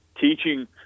teaching